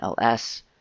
ls